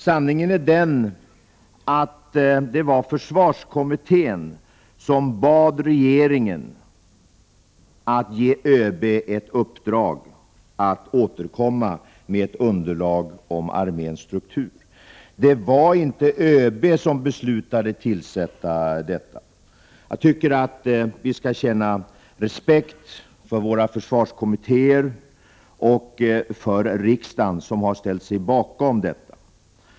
Sanningen är den att det var försvarskommittén som bad regeringen att ge ÖB i uppdrag att återkomma med ett underlag om arméns struktur. Det var inte ÖB som fattade beslutet. Vi bör känna respekt för försvarskommittéerna och för riksdagen, som har ställt sig bakom detta.